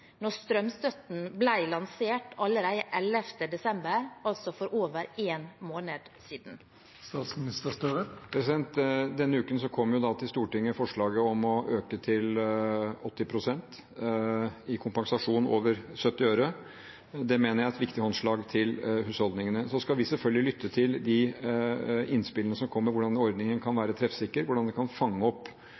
når strømstøtten ble lansert allerede 11. desember, altså for over en måned siden? Denne uken kom forslaget til Stortinget om å øke til 80 pst. i kompensasjon over 70 øre. Det mener jeg er et viktig håndslag til husholdningene. Så skal vi selvfølgelig lytte til de innspillene som kommer – hvordan ordningen kan være treffsikker, hvordan det kan fange opp